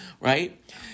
right